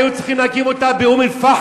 היו צריכים להקים אותה באום-אל-פחם,